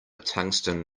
tungsten